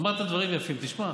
אמרת דברים יפים, תשמע.